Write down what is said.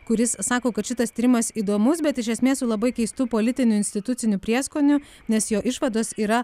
kuris sako kad šitas tyrimas įdomus bet iš esmės su labai keistu politiniu instituciniu prieskoniu nes jo išvados yra